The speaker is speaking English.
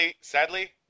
sadly